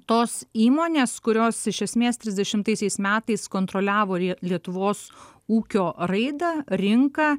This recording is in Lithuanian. tos įmonės kurios iš esmės trisdešimtaisiais metais kontroliavo lietuvos ūkio raidą rinką